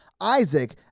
Isaac